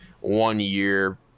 one-year